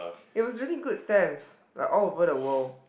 it was really good stamps like all over the world